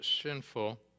sinful